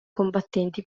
combattenti